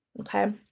Okay